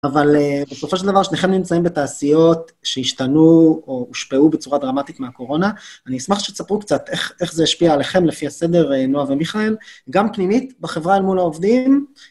אבל בסופו של דבר שניכם נמצאים בתעשיות שהשתנו או הושפעו בצורה דרמטית מהקורונה. אני אשמח שתספרו קצת איך זה השפיע עליכם לפי הסדר, נועה ומיכאל, גם פנימית בחברה אל מול העובדים.